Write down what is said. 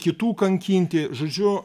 kitų kankinti žodžiu